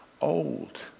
old